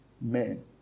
men